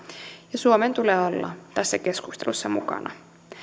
ja suomen tulee olla tässä keskustelussa mukana